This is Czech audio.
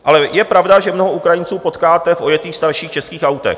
Ale je pravda, že mnoho Ukrajinců potkáte v ojetých starších českých autech.